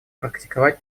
практиковать